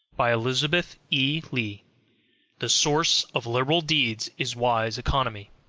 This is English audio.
by elizabeth e. lea the source of liberal deeds is wise economy.